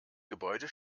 gebäude